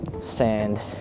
sand